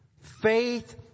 faith